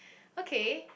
okay